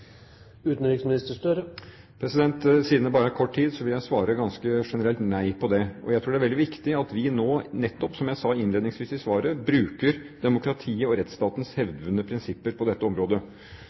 Siden det bare er kort tid, vil jeg svare ganske generelt nei på det. Jeg tror det er veldig viktig at vi nå, nettopp som jeg sa innledningsvis i svaret, bruker demokratiet og rettsstatens hevdvunne prinsipper på dette området.